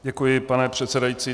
Děkuji, pane předsedající.